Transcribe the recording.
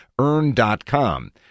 Earn.com